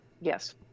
Yes